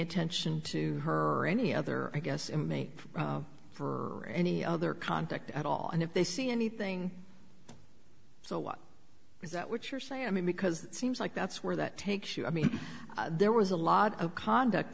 attention to her or any other i guess inmate for any other contact at all and if they see anything so what is that what you're saying i mean because it seems like that's where that takes you i mean there was a lot of conduct